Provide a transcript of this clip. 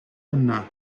yna